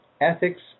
Ethics